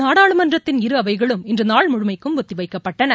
நாடாளுமன்றத்தின் இருஅவைகளும் இன்று நாள் முழுமைக்கும் ஒத்திவைக்கப்பட்டன